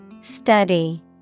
Study